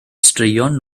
straeon